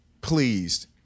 pleased